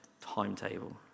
timetable